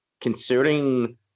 Considering